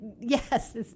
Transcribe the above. yes